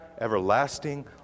everlasting